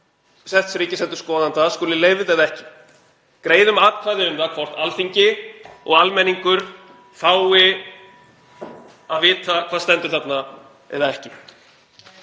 setts ríkisendurskoðanda skuli leyfð eða ekki. Greiðum atkvæði um það hvort Alþingi og almenningur fái að vita hvað stendur þarna eða ekki.